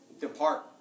Depart